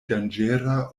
danĝera